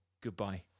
Goodbye